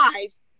lives